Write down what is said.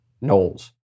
Knowles